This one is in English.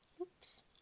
Oops